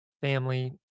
family